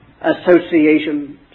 associations